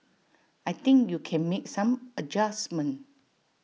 I think you can make some adjustments